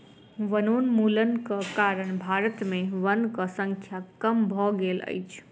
वनोन्मूलनक कारण भारत में वनक संख्या कम भ गेल अछि